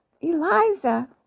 Eliza